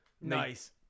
Nice